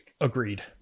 Agreed